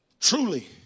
Truly